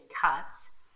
cuts